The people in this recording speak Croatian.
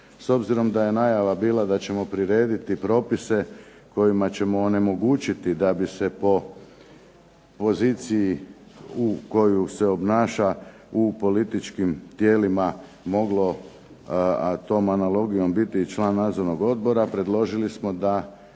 s obzirom da je najava bila da ćemo prirediti propise kojima ćemo onemogućiti da bi se po poziciji u koju se obnaša u političkim tijelima moglo a tom analogijom biti i član nadzornog odbora, predložili smo da